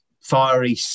fiery